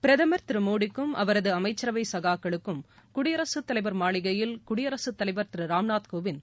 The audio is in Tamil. பிரதமர் திரு மோடிக்கும் அவரது அமைச்சரவை சகாக்களுக்கும் குடியரசு தலைவர் மாளிகையில் குடியரசு தலைவர் திரு ராம்நாத் கோவிந்த்